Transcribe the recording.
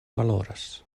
valoras